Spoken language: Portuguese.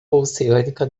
oceânica